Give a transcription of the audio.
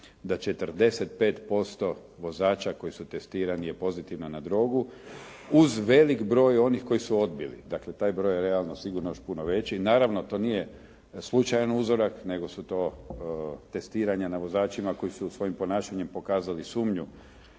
da 45% vozača koji su testirani je pozitivno na drogu uz veliki broj onih koji su odbili. Dakle, taj broj je realno sigurno još puno veći. Naravno, to nije slučajan uzorak nego su to testiranja na vozačima koji su svojim ponašanjem pokazali sumnju